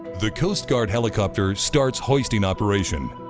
the coast guard helicopter starts hoisting operation.